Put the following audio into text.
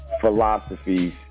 philosophies